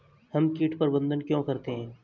हम कीट प्रबंधन क्यों करते हैं?